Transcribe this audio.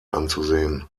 anzusehen